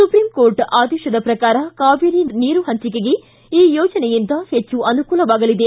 supreme court ಆದೇಶದ ಪ್ರಕಾರ ಕಾವೇರಿ ನೀರು ಹಂಚಿಕೆಗೆ ಈ ಯೋಜನೆಯಿಂದ ಹೆಚ್ಚು ಅನುಕೂಲವಾಗಲಿದೆ